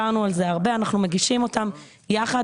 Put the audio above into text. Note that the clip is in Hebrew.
בטבת התשפ"ג (1 בינואר 2023) ומסתיימת ביום י"ט